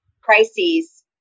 crises